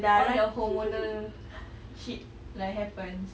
all your hormonal shit like happens